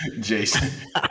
Jason